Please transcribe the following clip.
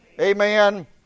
Amen